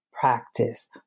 practice